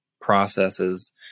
processes